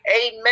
amen